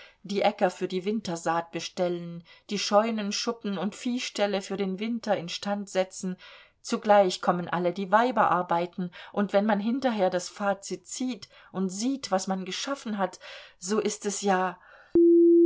die äcker für die wintersaat bestellen die scheunen schuppen und viehställe für den winter instand setzen zugleich kommen alle die weiberarbeiten und wenn man hinterher das fazit zieht und sieht was man geschafft hat so ist es ja